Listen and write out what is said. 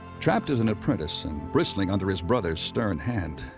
trapped as an apprentice and bristling under his brother's stern hand,